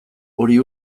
hori